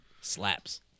Slaps